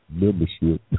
membership